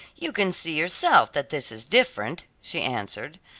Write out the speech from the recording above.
you can see yourself that this is different, she answered.